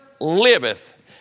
liveth